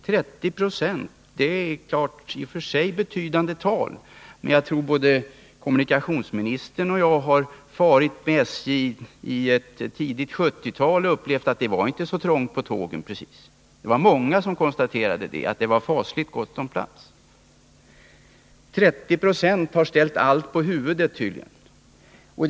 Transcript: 30 är i och för sig ett betydande tal, men jag tror att både kommunikationsministern och jag har rest med SJ i ett tidigt 1970-tal och uppievt att det inte var så trångt på tågen. Det var många som konstaterade att det var fasligt gott om plats. 30 70 har ställt allt på huvudet tydligen.